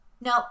No